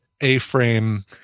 A-frame